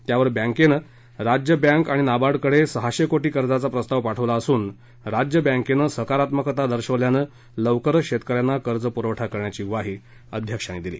त्यावर बॅंकैनं राज्य बॅंकै आणि नाबार्डकडे सहाशे कोटी कर्जाचा प्रस्ताव पाठविला असून राज्य बॅंकैनं सकारात्मकता दर्शविल्यानं लवकरच शेतक यांना कर्ज पुरवठा करण्याची ग्वाही अध्यक्षांना यांनी दिली